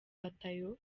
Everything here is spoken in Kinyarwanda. batayo